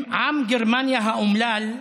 עם גרמניה האומלל,